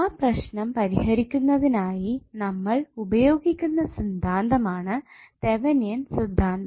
ആ പ്രശ്നം പരിഹരിക്കുന്നതിനായി നമ്മൾ ഉപയോഗിക്കുന്ന സിദ്ധാന്തമാണ് തെവെനിൻ സിദ്ധാന്തം